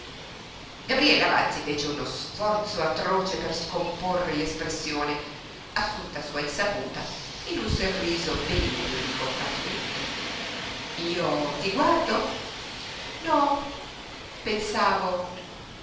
gabriella vanzi fece uno sforzo atroce per scomporre l'espressione assunta a sua insaputa in un sorriso benigno di compatimento io ti guardo no pensavo